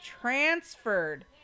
transferred